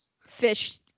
fish